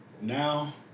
Now